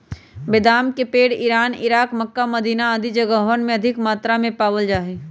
बेदाम के पेड़ इरान, इराक, मक्का, मदीना आदि जगहवन में अधिक मात्रा में पावल जा हई